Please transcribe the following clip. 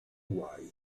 white